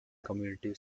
community